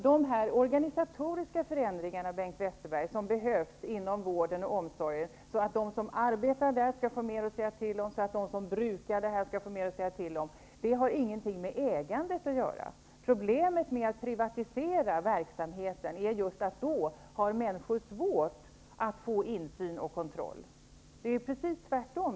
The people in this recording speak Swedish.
De här organisatoriska förändringarna, Bengt Westerberg, som behövs inom vården och omsorgen, så att de som arbetar där skall få mer att säga till om, så att de som brukar skall få mer att säga till om, har ingenting med ägandet att göra. Problemet med att privatisera verksamheten är just att människor då har svårt att få insyn och kontroll. Det är precis tvärtom.